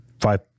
five